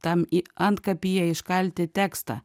tam į antkapyje iškalti tekstą